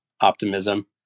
Optimism